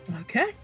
Okay